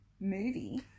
movie